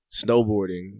snowboarding